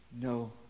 no